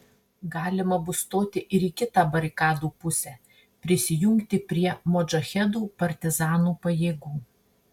galima bus stoti ir į kitą barikadų pusę prisijungti prie modžahedų partizanų pajėgų